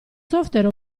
software